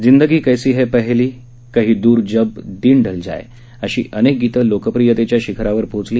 जिं गी कैसी है पहेली कहीं र जब शिन शिल जाए अशी अनेक गीतं लोकप्रियतेच्या शिखरावर पोहोचली